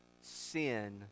Sin